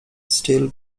still